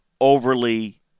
overly